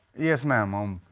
yes, ma'am. um.